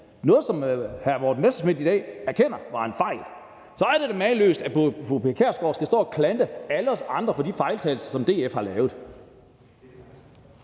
noget, som hr. Morten Messerschmidt i dag erkender var en fejl. Så er det da mageløst, at fru Pia Kjærsgaard skal stå og klandre alle os andre for de fejltagelser, som DF har lavet.